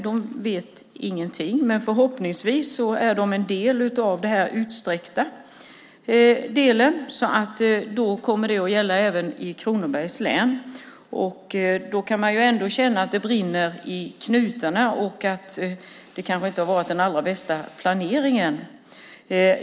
De vet ingenting, men förhoppningsvis omfattas de av dessa utsträckta tjänster. Då kommer de att gälla även i Kronobergs län. Men man kan ändå känna att det brinner i knutarna och att det kanske inte har varit den allra bästa planeringen.